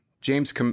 James